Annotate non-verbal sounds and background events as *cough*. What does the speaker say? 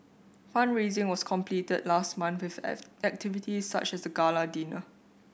fund raising was completed last month with *unintelligible* activities such as a gala dinner